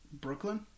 Brooklyn